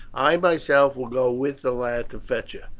i myself will go with the lad to fetch her.